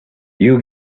you